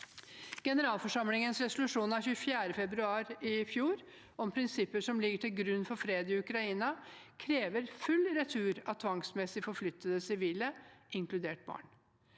Generalforsamlingens resolusjon av 24. februar i fjor om prinsipper som ligger til grunn for fred i Ukraina, krever full retur av tvangsmessig forflyttede sivile, inkludert barn.